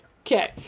Okay